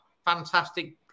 Fantastic